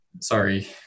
sorry